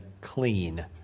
clean